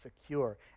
secure